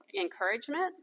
encouragement